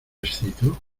excito